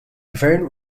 gvern